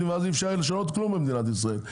ואז אי אפשר יהיה לשנות כלום במדינת ישראל.